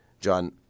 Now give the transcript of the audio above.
John